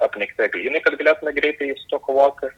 apnikti eglynai kad galėtume greitai su tuo kovoti